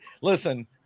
Listen